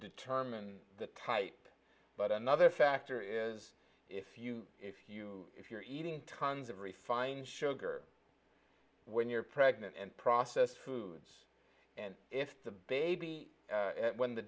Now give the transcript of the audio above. determine the type but another factor is if you if you if you're eating tons of refined sugar when you're pregnant and process foods and if the baby when the